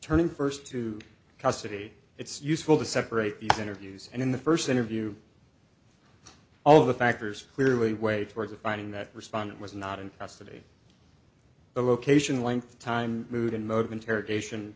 turning first to custody it's useful to separate these interviews and in the first interview all of the factors clearly way towards a finding that respondent was not in custody the location length of time mood and mode of interrogation